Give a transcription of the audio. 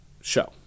show